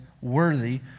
worthy